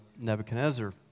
Nebuchadnezzar